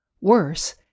Worse